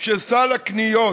שסל הקניות